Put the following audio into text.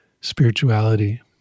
spirituality